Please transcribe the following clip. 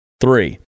Three